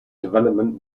development